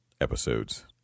episodes